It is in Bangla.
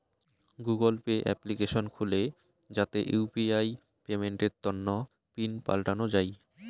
গুগল পে এপ্লিকেশন খুলে যাতে ইউ.পি.আই পেমেন্টের তন্ন পিন পাল্টানো যাই